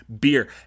beer